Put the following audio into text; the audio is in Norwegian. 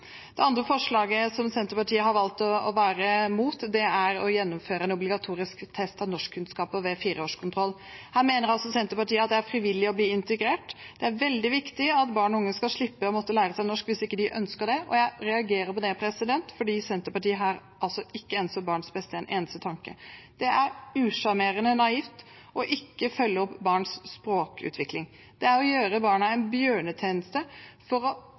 Det andre forslaget Senterpartiet har valgt å være imot, er forslaget om å gjennomføre en obligatorisk test av norskkunnskaper ved fireårskontroll. Her mener Senterpartiet at det er frivillig å bli integrert – at det er veldig viktig at barn og unge skal slippe å måtte lære seg norsk hvis de ikke ønsker det. Jeg reagerer på det, for Senterpartiet har ikke skjenket disse barna en eneste tanke. Det er usjarmerende naivt å ikke følge opp barns språkutvikling. Det er å gjøre barn en bjørnetjeneste, for